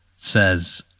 says